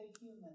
human